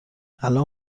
الان